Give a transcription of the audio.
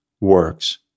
works